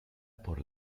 por